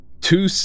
two